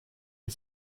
est